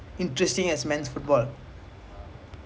ya it's not ya